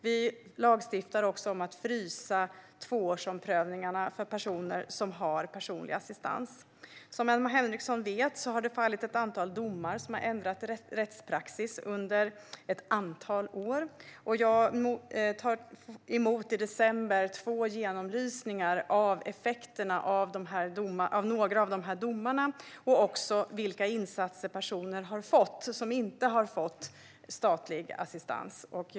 Vi lagstiftar också om att frysa tvåårsomprövningarna för personer som har personlig assistans. Som Emma Henriksson vet har det fallit ett antal domar som har ändrat rättspraxis under ett antal år. Jag tar i december emot två genomlysningar som gäller effekterna av några av de här domarna samt vilka insatser personer som inte har fått statlig assistans har fått.